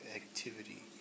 activity